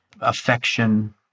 affection